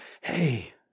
hey